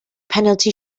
penalty